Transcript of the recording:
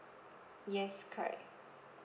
yes correct